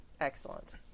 Excellent